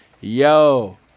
Yo